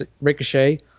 Ricochet